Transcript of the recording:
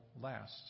last